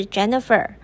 Jennifer 。